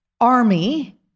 army